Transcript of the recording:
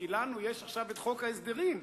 כי לנו יש עכשיו חוק ההסדרים,